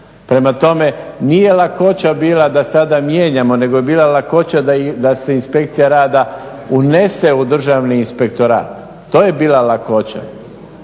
Prema tome, nije lakoća bila da sada mijenjamo, nego je bila lakoća da se Inspekcija rada unese u Državni inspektorat. To je bila lakoća.